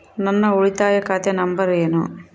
ನನ್ನ ಉಳಿತಾಯ ಖಾತೆ ನಂಬರ್ ಏನು?